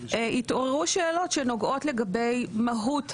התעוררו שאלות שנוגעות לגבי מהות העמלות,